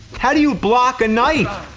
how do you block a knife?